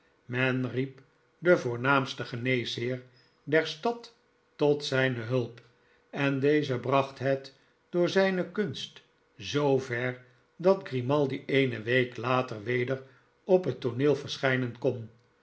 men riep den voornaamsten geneesheer der stad tot zijne hulp en deze bracht het door zijne kunst zoo ver dat grimaldi eene week later weder op het tooneel verschijnen kon